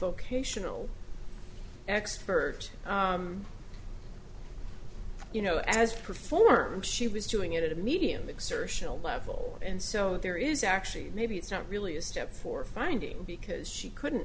folk ational expert you know as performed she was doing it at a medium exertional level and so there is actually maybe it's not really a step for finding because she couldn't